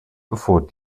bevor